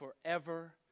Forever